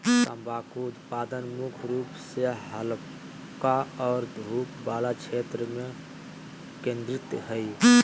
तम्बाकू उत्पादन मुख्य रूप से हल्का और धूप वला क्षेत्र में केंद्रित हइ